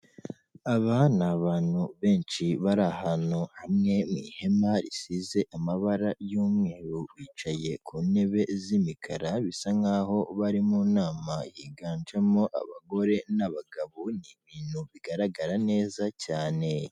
Aba ni abantu benshi bari ahantu hamwe mu ihema risize amabara y'umweru, bicaye ku ntebe z'imikara, bisa nk'aho bari mu nama yiganjemo abagore n'abagabo, ni ibintu bigaragara neza cyane.